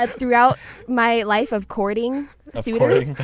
but throughout my life of courting suitors?